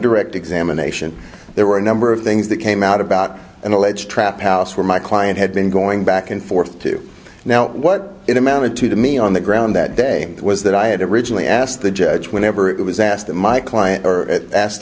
direct examination there were a number of things that came out about an alleged trap house where my client had been going back and forth to now what it amounted to to me on the ground that day was that i had originally asked the judge whenever it was asked of my client or asked